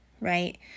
right